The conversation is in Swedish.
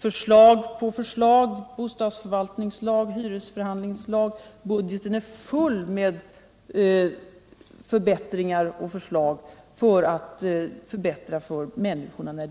förslag på förslag, till bostadsförvaltningslag, till hyresförhandlingslag osv. — budgeten är full av bostadspolitiska förslag till förbättringar för människorna.